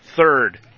third